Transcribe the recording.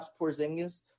Porzingis